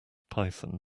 python